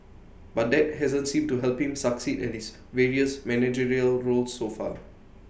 but that hasn't seemed to help him succeed at his various managerial roles so far